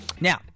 Now